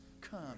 come